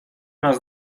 nas